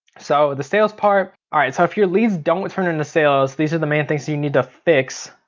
so the sales part, all right so if your leads don't turn into sales, these are the main things you need to fix.